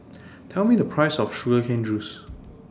Tell Me The Price of Sugar Cane Juice